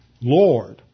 Lord